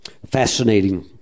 fascinating